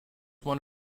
one